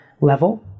level